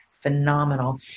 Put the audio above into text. phenomenal